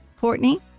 Courtney